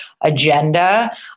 agenda